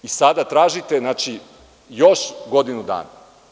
I sada tražite još godinu dana!